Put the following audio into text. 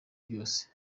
byose